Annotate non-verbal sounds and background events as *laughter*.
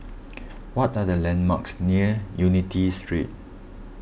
*noise* what are the landmarks near Unity Street